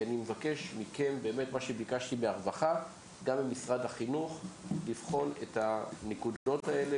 אני מבקש גם ממשרד החינוך לבחון את הנקודות האלו